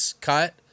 cut